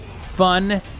fun